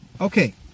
Okay